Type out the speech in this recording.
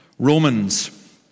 Romans